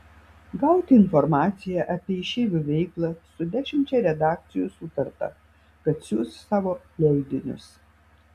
gauti informaciją apie išeivių veiklą su dešimčia redakcijų sutarta kad siųs savo leidinius